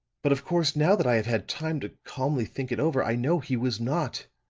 but, of course, now that i have had time to calmly think it over, i know he was not